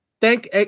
Thank